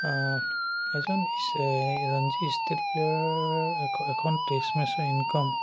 এজন চে Ranji state player এখ এখন টেষ্ট মেচৰ ইনকাম